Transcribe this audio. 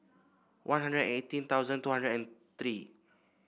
One Hundred and eighteen two hundred and three